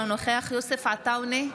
אינו נוכח יוסף עטאונה,